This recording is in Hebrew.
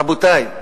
רבותי,